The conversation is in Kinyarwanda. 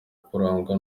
kurangwa